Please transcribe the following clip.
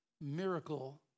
miracle